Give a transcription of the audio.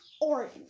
orange